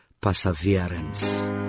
perseverance